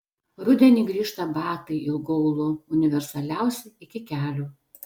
rudenį grįžta batai ilgu aulu universaliausi iki kelių